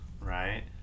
Right